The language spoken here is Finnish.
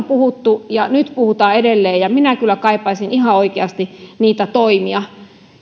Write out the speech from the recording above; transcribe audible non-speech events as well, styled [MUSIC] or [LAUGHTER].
[UNINTELLIGIBLE] puhuttu ja nyt puhutaan edelleen ja minä kyllä kaipaisin ihan oikeasti niitä toimia